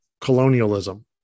colonialism